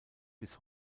bis